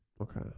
Okay